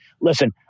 listen